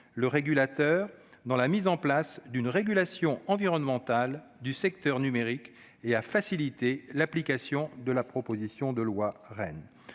le régulateur dans la mise en place d'une régulation environnementale du secteur numérique et à faciliter l'application de la proposition de loi REEN.